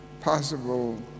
possible